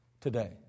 today